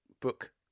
book